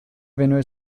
věnuje